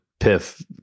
Piff